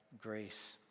grace